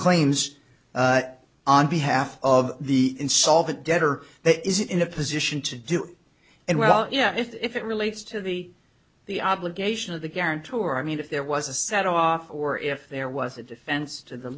claims on behalf of the insolvent debtor that is in a position to do and well yeah if it relates to the the obligation of the guarantor i mean if there was a set off or if there was a defense to the